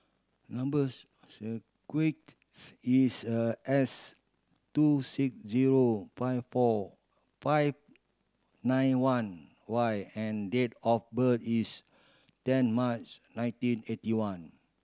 number is A S two six zero five four five nine one Y and date of birth is ten March nineteen eighty one